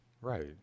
Right